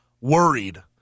worried